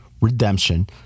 redemption